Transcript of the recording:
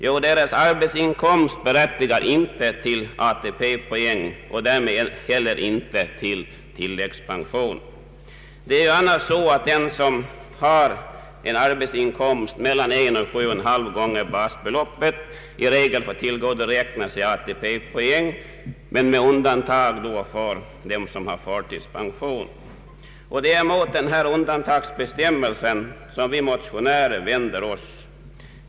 Jo, deras arbetsinkomster berättigar inte till ATP-poäng och därmed inte heller till tilläggspension. Det är annars så att den som har en arbetsinkomst på mellan 1 och 7,5 gånger basbeloppet i regel får tillgodoräkna sig ATP-poäng. Från detta görs undantag för den som har förtidspension. Vi motionärer vänder oss mot denna undantagsbestämmelse.